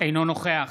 אינו נוכח